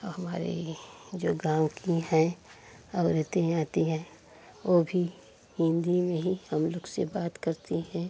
औ हमारे जो गाँव की हैं औरतें आती हैं ओ भी हिन्दी में ही हम लोग से बात करती हैं